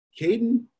Caden